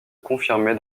confirmer